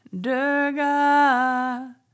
Durga